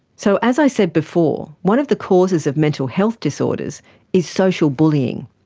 so, as i said before, one of the causes of mental health disorders is social bullying.